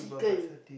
chicken